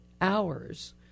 hours